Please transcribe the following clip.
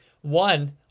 One